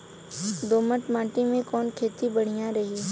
दोमट माटी में कवन खेती बढ़िया रही?